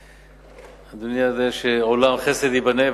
תודה, אדוני יודע שעולם חסד ייבנה.